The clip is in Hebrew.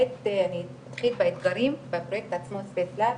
האמת אני אתחיל בדברים בפרויקט עצמו ספייס לאב,